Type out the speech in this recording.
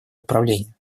управление